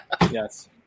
Yes